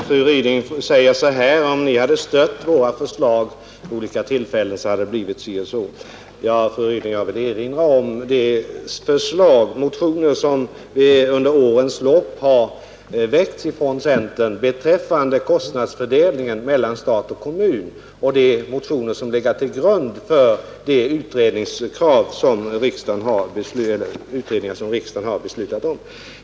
Herr talman! Fru Ryding säger: Om ni hade stött våra förslag vid olika tillfällen, hade det blivit så och så. Ja, fru Ryding, jag vill erinra om de motioner som centern under årens lopp har väckt beträffande kostnadsfördelningen mellan stat och kommun och de motioner som har legat till grund för de utredningar som riksdagen har beslutat om.